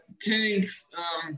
tanks